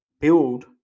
build